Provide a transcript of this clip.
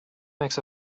makes